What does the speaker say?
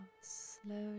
slowly